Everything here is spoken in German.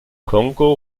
kongo